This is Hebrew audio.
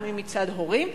לפעמים מצד הורים,